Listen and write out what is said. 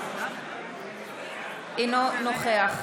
אינו נוכח